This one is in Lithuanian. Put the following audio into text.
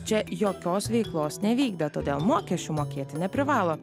čia jokios veiklos nevykdė todėl mokesčių mokėti neprivalo